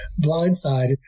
blindsided